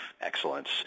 excellence